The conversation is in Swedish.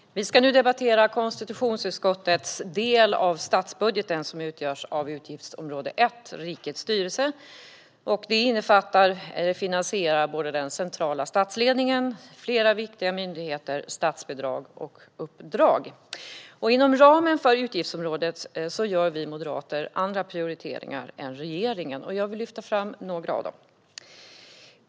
Herr talman! Vi ska nu debattera konstitutionsutskottets del av statsbudgeten som utgörs av utgiftsområde 1 Rikets styrelse. Området rör finansieringen av den centrala statsledningen, flera viktiga myndigheter, statsbidrag och uppdrag. Inom ramen för utgiftsområdet gör vi moderater andra prioriteringar än regeringen. Jag vill lyfta fram några av dem.